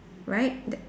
right that